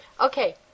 Okay